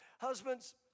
Husbands